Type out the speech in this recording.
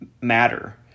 matter